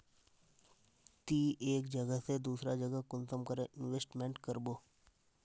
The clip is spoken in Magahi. ती एक जगह से दूसरा जगह कुंसम करे इन्वेस्टमेंट करबो?